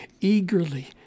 eagerly